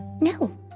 No